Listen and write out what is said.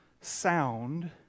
sound